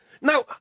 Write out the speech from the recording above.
Now